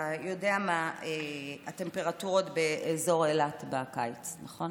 אתה יודע מה הטמפרטורות באזור אילת בקיץ, נכון?